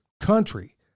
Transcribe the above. country